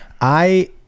I-